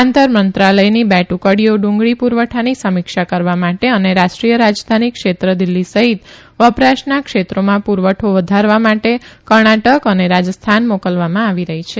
આંતર મંત્રાલયની બે ટ્રંકડીઓ ડુંગળી પુરવઠાની સમીક્ષા કરવા માટે અને રાષ્ટ્રીય રાજધાની ક્ષેત્ર દિલ્હી સહિત વપરાશના ક્ષેત્રોના પુરવઠો વધારવા માટે કર્ણાટક અને રાજસ્થાન મોકલવામાં આવી રહી છે